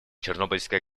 чернобыльская